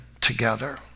together